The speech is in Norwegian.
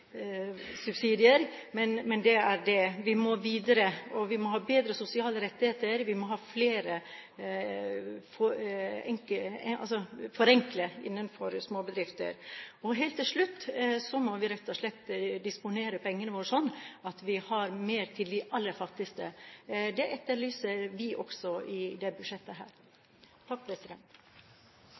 men det er det. Vi må videre – vi må ha bedre sosiale rettigheter, og vi må forenkle innenfor småbedrifter. Helt til slutt: Vi må rett og slett disponere pengene våre slik at vi har mer til de aller fattigste. Det etterlyser vi også i dette budsjettet.